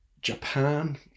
Japan